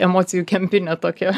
emocijų kempine tokia